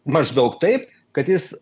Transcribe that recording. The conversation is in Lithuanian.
maždaug taip kad jis